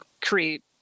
create